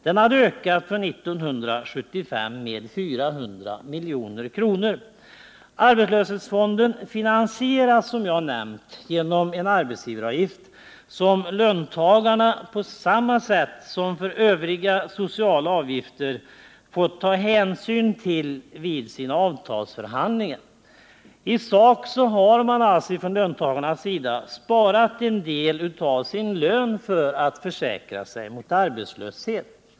Den hade från 1975 ökat med 400 milj.kr. Arbetslöshetsfonden finansieras, som jag nämnt, genom en arbetsgivaravgift, som löntagarna, på samma sätt som när det gäller övriga sociala avgifter, fått ta hänsyn till vid sina avtalsförhandlingar. I sak har man alltså från löntagarnas sida sparat en del av sin lön för att försäkra sig mot arbetslöshet.